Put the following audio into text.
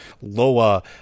Loa